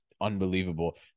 unbelievable